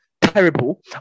terrible